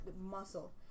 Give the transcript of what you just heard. muscle